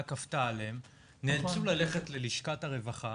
כפתה עליהם נאלצו ללכת ללשכת הרווחה,